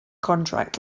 contract